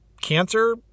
cancer